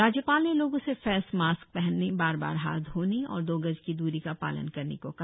राज्यपाल ने लोगों से फेस मास्क पहनने बार बार हाथ धोने और दो गज की द्री का पालन करने को कहा